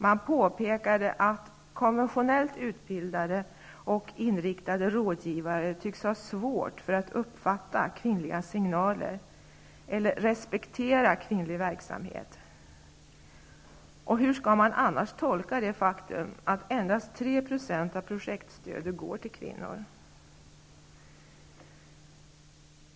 Man påpekade att konventionellt utbildade och inriktade rådgivare tycks ha svårt för att uppfatta kvinnliga signaler eller respektera kvinnlig verksamhet. Hur skall man annars tolka det faktum att endast 3 % av projektstödet går till kvinnor?